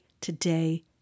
today